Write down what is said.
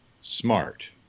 smart